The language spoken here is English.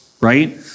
right